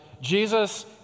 Jesus